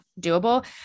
doable